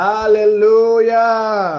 Hallelujah